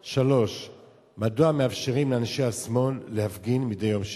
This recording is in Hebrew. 3. מדוע מאפשרים לאנשי השמאל להפגין שם מדי יום שישי?